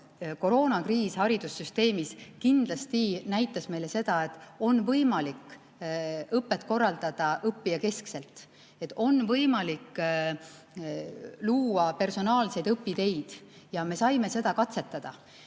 koroonakriis haridussüsteemis kindlasti näitas meile seda, et on võimalik õpet korraldada õppijakeskselt, et on võimalik luua personaalseid õpiteid ja me saime seda katsetada.